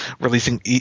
releasing